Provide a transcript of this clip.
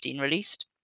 released